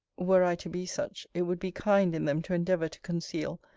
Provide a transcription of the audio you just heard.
were i to be such, it would be kind in them to endeavour to conceal,